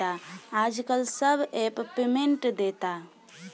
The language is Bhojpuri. आजकल सब ऐप पेमेन्ट देता